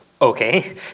Okay